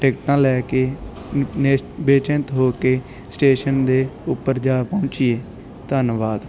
ਟਿਕਟਾਂ ਲੈ ਕੇ ਨਿਸ਼ ਬੇਚਿੰਤ ਹੋ ਕੇ ਸਟੇਸ਼ਨ ਦੇ ਉੱਪਰ ਜਾ ਪਹੁੰਚੀਏ ਧੰਨਵਾਦ